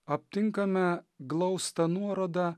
aptinkame glaustą nuorodą